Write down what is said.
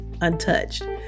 untouched